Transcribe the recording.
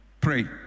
pray